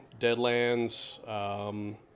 Deadlands